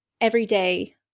everyday